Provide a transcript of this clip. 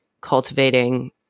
cultivating